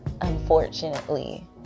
Unfortunately